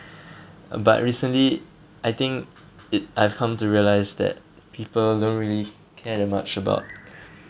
but recently I think it I've come to realise that people don't really care much about